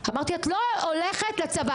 אמרתי את לא הולכת לצבא,